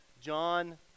John